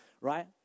Right